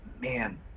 man